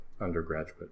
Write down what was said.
undergraduate